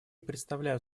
представляют